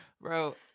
Bro